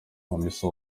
hamisa